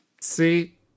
See